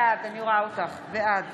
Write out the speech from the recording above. בעד